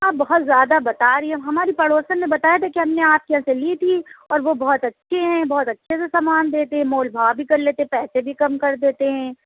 آپ بہت زیادہ بتا رہی ہیں ہماری پڑوسن نے بتایا تھا کہ ہم نے آپ کے یہاں سے لی تھی اور وہ بہت اچھے ہیں بہت اچھے سے سامان دیتے مول بھاؤ بھی کر لیتے ہیں پیسے بھی کم دیتے ہیں